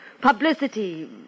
Publicity